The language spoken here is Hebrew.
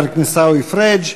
תודה לחבר הכנסת עיסאווי פריג'.